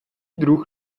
druh